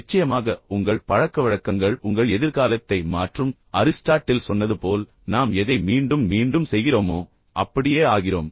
நிச்சயமாக உங்கள் பழக்கவழக்கங்கள் உங்கள் எதிர்காலத்தை மாற்றும் அரிஸ்டாட்டில் சொன்னது போல் நாம் எதை மீண்டும் மீண்டும் செய்கிறோமோ அப்படியே ஆகிறோம்